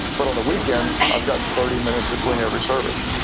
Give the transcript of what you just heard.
but on the weekends, i've got thirty minutes between every service.